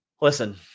Listen